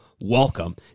welcome